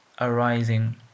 arising